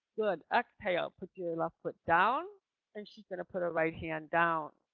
good. exhale. put your left foot down and she's going to put her right hand down.